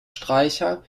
streicher